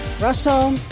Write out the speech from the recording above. Russell